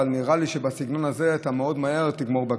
אבל נראה לי שבסגנון הזה אתה מאוד מהר תגמור בכלא.